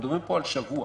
מדובר על שבוע